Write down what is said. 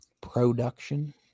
production